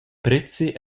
prezi